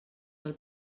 del